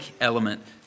element